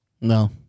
No